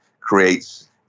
creates